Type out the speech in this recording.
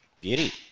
beauty